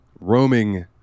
roaming